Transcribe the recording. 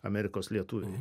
amerikos lietuviai